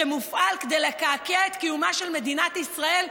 שמופעל כדי לקעקע את קיומה של מדינת ישראל,